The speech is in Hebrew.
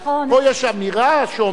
פה יש אמירה שאומרת,